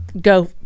go